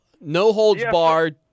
no-holds-barred